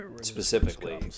specifically